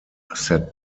set